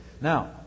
Now